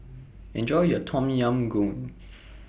Enjoy your Tom Yam Goong